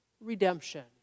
redemption